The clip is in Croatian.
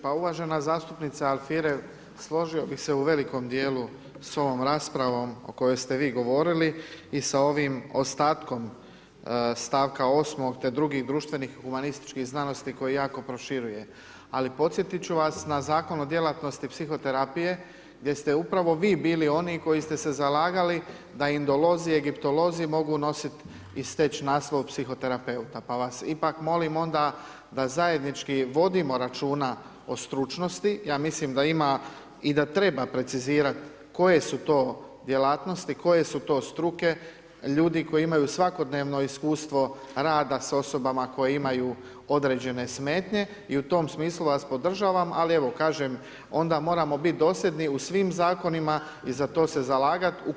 Pa uvažena zastupnice Alfirev složio bi se u velikom dijelu sa ovom raspravom o kojoj ste vi govorili i sa ovim ostatkom stavka osmog „te drugi društvenih i humanističkih znanosti koje jako proširuje“, ali podsjetit ću vas na Zakon o djelatnosti psihoterapije gdje ste upravo vi bili oni koji ste se zalagali da indolozi, egiptolozi mogu nosit i steć naslov psihoterapeuta pa vas ipak molim onda da zajednički vodimo računa o stručnosti, ja mislim da ima i da treba precizirat koje su to djelatnosti, koje su to struke ljudi koji imaju svakodnevno iskustvo rada s osobama koje imaju određene smetnje i u tom smislu vas podržavam ali evo kažem onda moramo bit dosljedni u svim zakonima i za to se zalagat u korist struke.